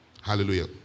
Hallelujah